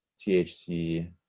THC